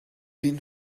been